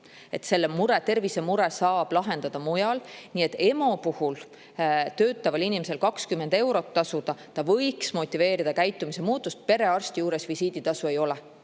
Selle tervisemure saab lahendada mujal. Nii et EMO puhul töötaval inimesel 20 eurot tasuda – see võiks motiveerida käitumise muutust. Perearsti juures visiiditasu ei ole.